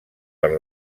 per